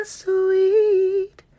sweet